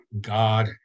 God